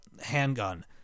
handgun